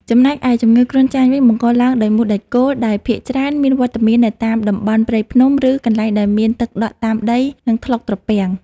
ចំណែកឯជំងឺគ្រុនចាញ់វិញបង្កឡើងដោយមូសដែកគោលដែលភាគច្រើនមានវត្តមាននៅតាមតំបន់ព្រៃភ្នំ ឬកន្លែងដែលមានទឹកដក់តាមដី និងថ្លុកត្រពាំង។